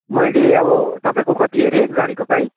मैले अब तपाईँको कति अरे गाडीको प्राइस